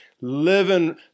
living